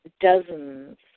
dozens